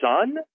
son